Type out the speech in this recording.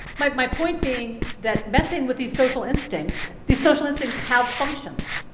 my my point being that messing with these social instincts these social instincts have functions,